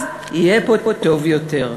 אז יהיה פה טוב יותר.